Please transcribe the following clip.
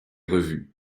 revue